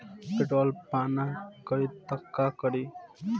Petrol पान करी त का करी?